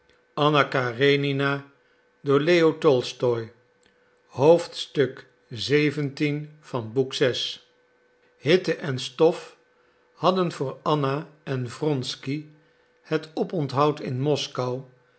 hitte en stof hadden voor anna en wronsky het oponthoud in moskou